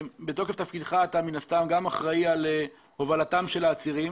בתוקף תפקידך אתה גם אחראי על הובלתם של העצירים.